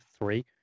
three